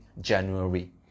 January